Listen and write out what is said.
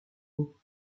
mots